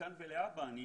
שמכאן ולהבא זה יהיה שונה.